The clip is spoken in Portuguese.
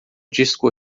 disco